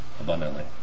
abundantly